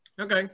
Okay